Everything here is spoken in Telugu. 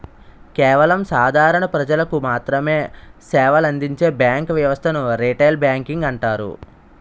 కేవలం సాధారణ ప్రజలకు మాత్రమె సేవలందించే బ్యాంకు వ్యవస్థను రిటైల్ బ్యాంకింగ్ అంటారు